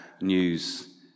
news